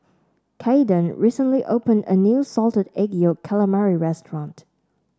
Caiden recently opened a new Salted Egg Yolk Calamari restaurant